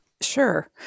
Sure